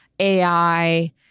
AI